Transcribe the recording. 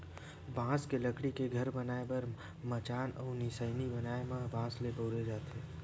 बांस के लकड़ी के घर बनाए बर मचान अउ निसइनी बनाए म बांस ल बउरे जाथे